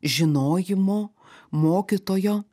žinojimo mokytojo